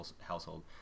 household